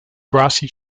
grassy